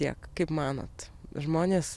tiek kaip manot žmonės